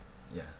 ya